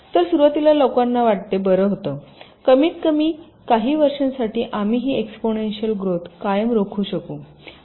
तर सुरुवातीला लोकांना वाटले बरं होतं कमीतकमी काही वर्षांसाठी आम्ही ही एक्सपोनेंशिअल ग्रोथ कायम राखू शकू